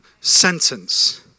sentence